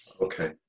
Okay